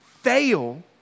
Fail